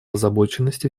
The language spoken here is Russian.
озабоченности